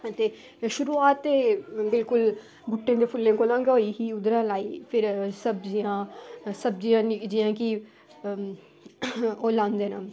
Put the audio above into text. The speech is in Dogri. ते शुरुआत ते बिल्कुल गुट्टें दे फुल्लें कोला गै होई ही उद्धरा लाई फिर सब्जियां सब्जी जियां कि ओह् लांदे न